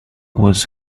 was